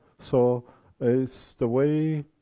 so it's the way.